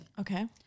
Okay